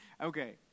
Okay